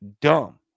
dumb